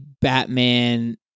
Batman